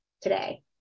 today